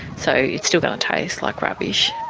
so it's still going to taste like rubbish.